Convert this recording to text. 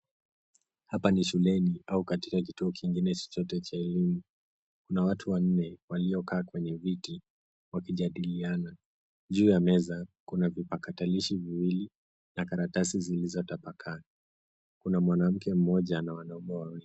Hapa ni shuleni au katika kituo kingine chochote cha elimu. Kuna watu wanne waliokaa kwenye viti wakijadiliana. Juu ya meza kuna vipakatakilishi viwili na karatasi zilizo tapakaa. Kuna mwanamke mmoja na wanaume wawili.